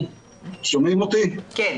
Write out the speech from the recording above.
ח"כ משה אבוטבול ומר חגי לוין עוזבים